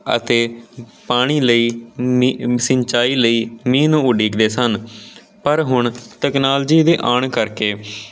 ਅਤੇ ਪਾਣੀ ਲਈ ਮੀਂਹ ਸਿੰਚਾਈ ਲਈ ਮੀਂਹ ਨੂੰ ਉਡੀਕਦੇ ਸਨ ਪਰ ਹੁਣ ਤਕਨੋਲਜੀ ਦੇ ਆਉਣ ਕਰਕੇ